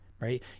right